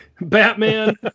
batman